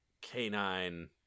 canine